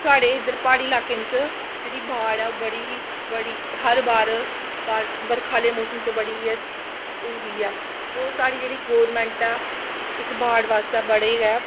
साढ़े इद्धर प्हाड़ी इलाके बिच्च जेह्ड़ी बाड़ ऐ ओह् बड़ी बड़ी हर बार बारश बरखा आह्ले मोसम च बड़ी होंदी ऐ होर साढ़ी जेह्ड़ी गौरमैंट ऐ इस बाड़ आस्तै बड़े गै